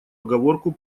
оговорку